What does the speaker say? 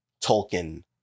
tolkien